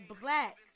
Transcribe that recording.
Black